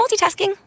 multitasking